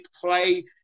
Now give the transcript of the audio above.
play